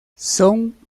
son